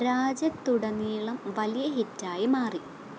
ആ പാട്ട് രാജ്യത്തുടനീളം വലിയ ഹിറ്റ് ആയി മാറി